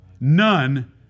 None